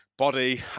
body